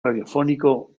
radiofónico